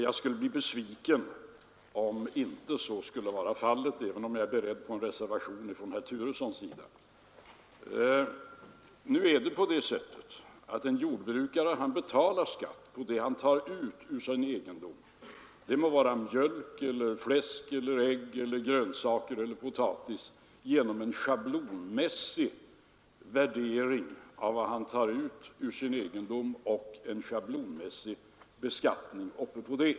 Jag skulle bli besviken om inte så skulle vara fallet, även om jag är beredd på en reservation från herr Turesson. Nu betalar en jordbrukare skatt för det han tar ut ur sin egendom — det må vara mjölk, fläsk, ägg, grönsaker eller potatis. Det sker en schablonmässig värdering, och så läggs en schablonmässig beskattning ovanpå.